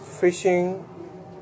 fishing